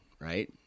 Right